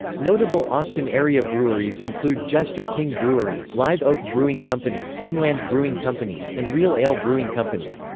notable austin-area breweries include jester king brewery, live oak brewing company, and nland brewing company, and real ale brewing company.